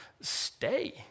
stay